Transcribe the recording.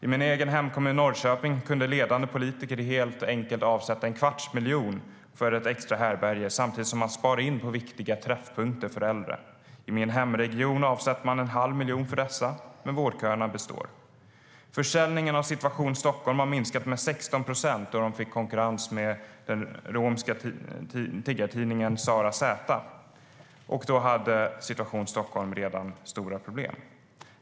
I min egen hemkommun Norrköping kunde ledande politiker enkelt avsätta en kvarts miljon för ett extra härbärge samtidigt som man spar in på viktiga träffpunkter för äldre. I min hemregion avsätter man en halv miljon för dessa, men vårdköerna består. Försäljningen av Situation Stockholm har minskat med 16 procent sedan de fick konkurrens av den romska tiggartidningen Sofia Z. Och då hade Situation Stockholm redan stora problem.